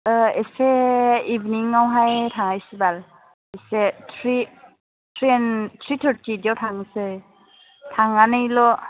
एसे इभिनिंआवहाय थांनोसै बाल एसे थ्रि टेन थ्रि थार्थि बिदियाव थांसै थांनानैल'